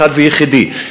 אחד ויחידי.